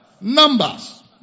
Numbers